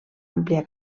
àmplia